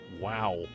Wow